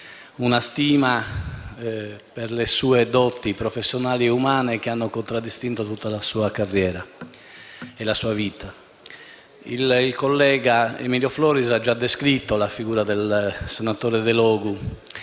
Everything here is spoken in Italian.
una stima per le sue doti professionali e umane, che hanno contraddistinto tutta la sua carriera e la sua vita. Il collega Emilio Floris ha già descritto la figura del senatore Delogu: